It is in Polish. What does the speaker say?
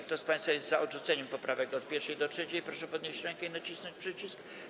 Kto z państwa jest za odrzuceniem poprawek od 1. do 3., proszę podnieść rękę i nacisnąć przycisk.